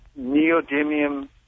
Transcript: neodymium